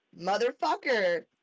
motherfucker